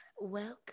Welcome